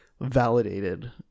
validated